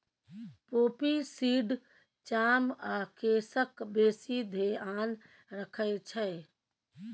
poppy seed चाम आ केसक बेसी धेआन रखै छै